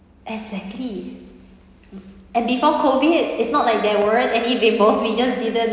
exactly and before COVID it's not like there weren't any rainbows we just didn't